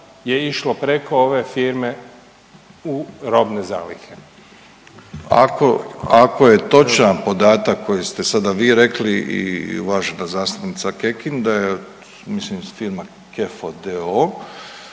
je išlo preko ove firme u robne zalihe? **Milatić, Ivo** Ako je točan podatak koji ste sada vi rekli i uvažena zastupnica Kekin da je mislim firma Kefo